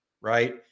right